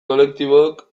kolektibok